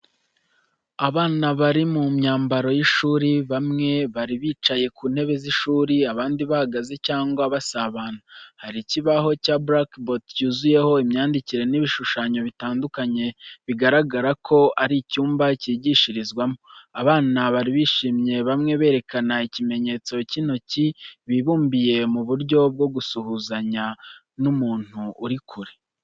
Abana bari mu myambaro y’ishuri bamwe bari bicaye ku ntebe z’ishuri, abandi bahagaze cyangwa basabana. Hari ikibaho cya blackboard cyuzuyeho imyandikire n’ibishushanyo bitandukanye, bigaragara ko ari icyumba cyigishirizwamo. Abana bari bishimye, bamwe berekana ikimenyetso cy' intoki bibumbiye mu buryo bwo gusuhuzanya n'umuntu uri kure.